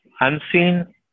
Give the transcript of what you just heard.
unseen